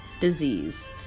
disease